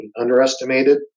underestimated